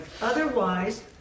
Otherwise